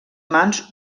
mans